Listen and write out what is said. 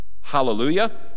Hallelujah